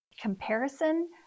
comparison